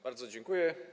Bardzo dziękuję.